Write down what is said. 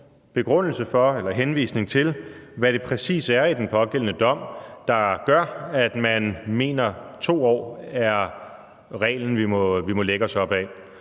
henvisning til, hvad det præcis er i den pågældende dom, der gør, at man mener, at 2 år er reglen, vi må lægge os op ad.